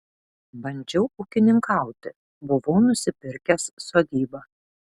bandžiau ūkininkauti buvau nusipirkęs sodybą